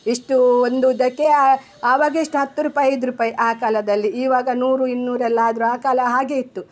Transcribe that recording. ಇಷ್ಟು ಹೊಂದೋದಕ್ಕೆ ಆವಾಗೆಷ್ಟು ಹತ್ತು ರೂಪಾಯಿ ಐದು ರೂಪಾಯಿ ಆ ಕಾಲದಲ್ಲಿ ಈವಾಗ ನೂರು ಇನ್ನೂರೆಲ್ಲ ಆದ್ರೂ ಆ ಕಾಲ ಹಾಗೆ ಇತ್ತು